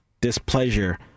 displeasure